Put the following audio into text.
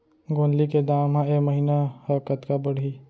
गोंदली के दाम ह ऐ महीना ह कतका बढ़ही?